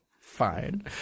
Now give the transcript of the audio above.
fine